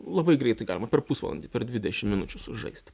labai greitai galima per pusvalandį per dvidešimt minučių sužaisti